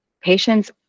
patients